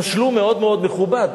תשלום מאוד מכובד,